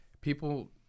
people